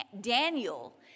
Daniel